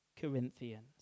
Corinthians